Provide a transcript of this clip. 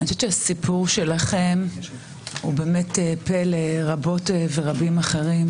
אני חושבת שהסיפור שלכם הוא באמת פה לרבות ורבים אחרים,